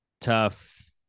tough